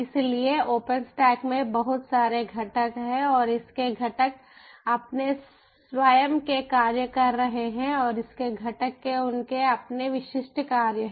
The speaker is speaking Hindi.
इसलिए ओपनस्टैक में बहुत सारे घटक हैं और इसके घटक अपने स्वयं के कार्य कर रहे हैं और इसके घटक के उनके अपने विशिष्ट कार्य है